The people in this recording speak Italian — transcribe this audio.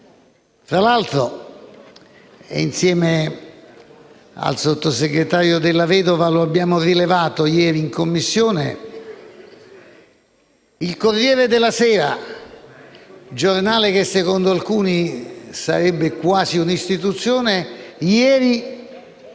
Tra l'altro, insieme al sottosegretario Della Vedova lo abbiamo rilevato ieri in Commissione, il «Corriere della sera», giornale che secondo alcuni sarebbe quasi un'istituzione, ieri